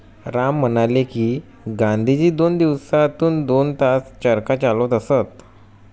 राम म्हणाले की, गांधीजी दिवसातून दोन तास चरखा चालवत असत